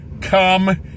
Come